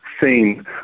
seen